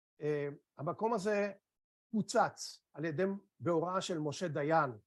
המקום הזה פוצץ על ידי בהוראה של משה דיין